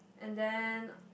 and then